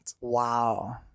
Wow